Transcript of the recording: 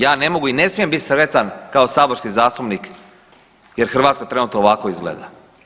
Ja ne mogu i ne smijem bit sretan kao saborski zastupnik jer Hrvatska trenutno ovako izgleda.